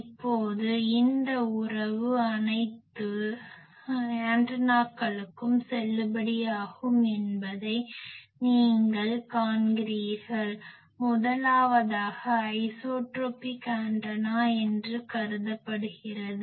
இப்போது இந்த உறவு அனைத்து ஆண்டனாக்களுக்கும் செல்லுபடியாகும் என்பதை நீங்கள் காண்கிறீர்கள் முதலாவதாக ஐசோட்ரோபிக் ஆண்டனா என்று கருதப்படுகிறது